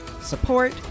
support